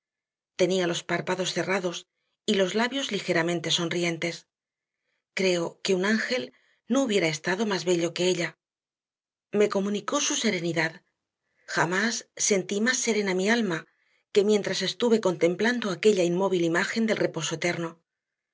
tenía los párpados cerrados y los labios ligeramente sonrientes creo que un ángel no hubiera estado más bello que ella me comunicó su serenidad jamás sentí más serena mi alma que mientras estuve contemplando aquella inmóvil imagen del reposo eterno